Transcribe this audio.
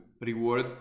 reward